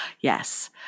Yes